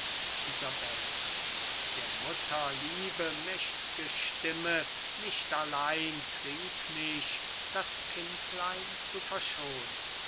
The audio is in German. der mutterliebe mächt'ge stimme nicht allein trieb mich das kindlein zu verschonen